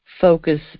focus